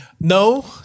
No